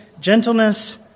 gentleness